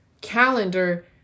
calendar